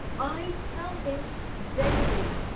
i tell him daily